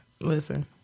Listen